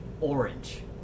orange